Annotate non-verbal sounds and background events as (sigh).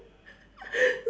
(laughs)